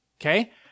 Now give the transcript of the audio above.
Okay